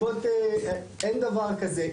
אין דבר כזה.